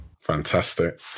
Fantastic